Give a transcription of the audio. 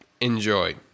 Enjoy